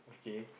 okay